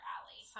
Alley